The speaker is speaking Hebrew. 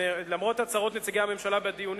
למרות הצהרות נציגי הממשלה בדיונים